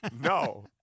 No